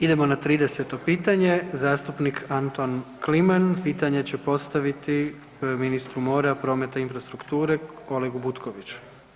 Idemo na trideseto pitanje, zastupnik Anton Kliman pitanje će postaviti ministru mora, prometa i infrastrukture Olegu Butkoviću.